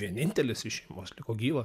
vienintelis iš šeimos liko gyvas